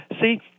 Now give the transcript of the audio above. See